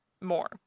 more